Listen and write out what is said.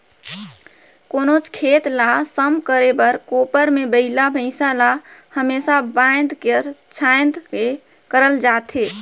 कोनोच खेत ल सम करे बर कोपर मे बइला भइसा ल हमेसा बाएध छाएद के करल जाथे